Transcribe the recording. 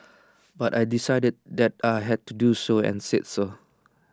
but I decided that I had to do so and said so